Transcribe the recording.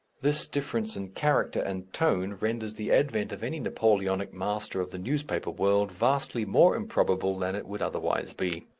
this difference in character and tone renders the advent of any napoleonic master of the newspaper world vastly more improbable than it would otherwise be.